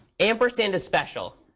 ampersand is special.